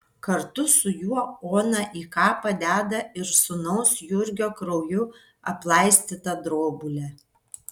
kartu su juo ona į kapą deda ir sūnaus jurgio krauju aplaistytą drobulę